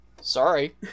Sorry